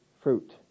fruit